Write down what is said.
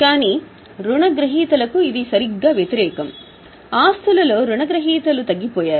కానీ రుణగ్రహీతలకు ఇది సరిగ్గా వ్యతిరేకం ఆస్తులలో రుణగ్రహీతలు తగ్గిపోయారు